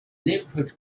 neighbourhood